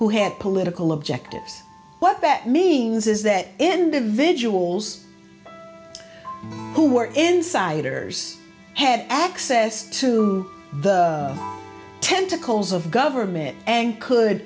who had political objectives what that means is that individuals who were insiders had access to the tentacles of government and could